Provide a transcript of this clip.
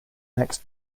next